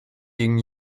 gingen